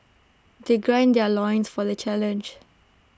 they gird their loins for the challenge